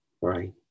right